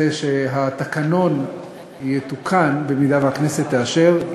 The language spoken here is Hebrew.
זה שהתקנון יתוקן, במידה שהכנסת תאשר.